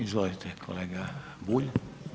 Izvolite kolega Bulj.